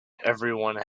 everyone